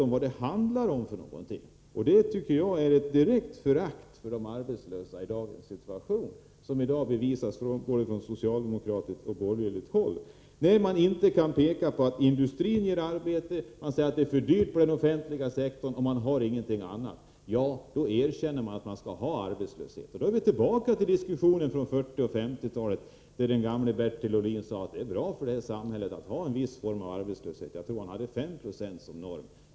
Jag tycker att man från både socialdemokratiskt och borgerligt håll i dag visar ett direkt förakt för de arbetslösas situation, när man inte kan peka på att industrin ger arbete. Man säger att det är för dyrt att satsa mer på den offentliga sektorn. Och man har inget annat att komma med. Ja, då erkänner man att man skall ha arbetslöshet. Då är vi tillbaka till diskussionen på 1940 och 1950-talen, då Bertil Ohlin sade att det är bra för det här samhället att ha en viss form av arbetslöshet. Jag tror att han hade 5 90 som norm.